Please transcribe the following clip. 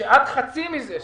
כשעד חצי מזה,